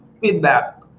feedback